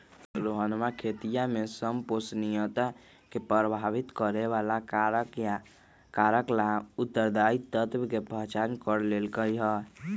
रोहनवा खेतीया में संपोषणीयता के प्रभावित करे वाला कारक ला उत्तरदायी तत्व के पहचान कर लेल कई है